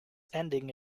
ending